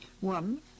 one